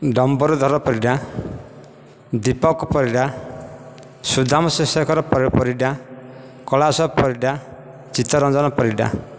Dambarudhar Parida Deepak Parida Sudhanshu Shekhar Parida Kailash Parida Chittaranjan Parida